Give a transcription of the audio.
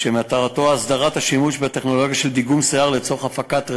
שמטרתו הסדרת השימוש בטכנולוגיה של דיגום שיער לצורך הפקת ראיות.